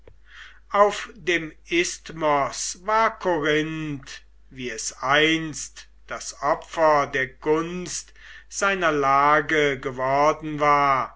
auf dem isthmos war korinth wie es einst das opfer der gunst seiner lage geworden war